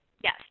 yes